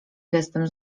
gestem